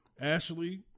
Ashley